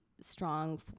strong